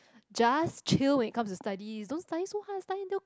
just chill when it comes to study don't study so hard study until